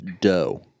dough